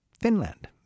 Finland